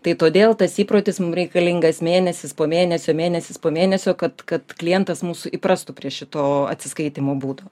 tai todėl tas įprotis mums reikalingas mėnesius po mėnesio mėnesį po mėnesio kad kad klientas mūsų įprastų prie šito atsiskaitymo būdo